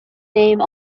name